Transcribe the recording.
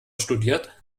studiert